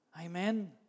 Amen